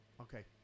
Okay